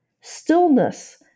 stillness